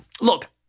look